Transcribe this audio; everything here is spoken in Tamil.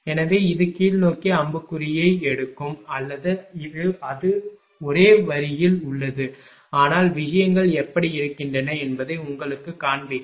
எனவே அது கீழ்நோக்கி அம்புக்குறியை எடுக்கும் அல்லது அது ஒரே வரியில் உள்ளது ஆனால் விஷயங்கள் எப்படி இருக்கின்றன என்பதை உங்களுக்குக் காண்பிக்க